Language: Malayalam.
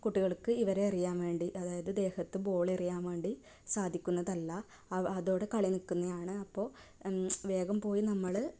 കുട്ടികൾക്ക് ഇവരെ എറിയാൻ വേണ്ടി അതായത് ദേഹത്ത് ബോളെറിയാൻ വേണ്ടി സാധിക്കുന്നതല്ല അതോടെ കളി നിൽക്കുന്നതാണ് അപ്പോൾ വേഗം പോയി നമ്മൾ